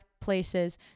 places